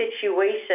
situation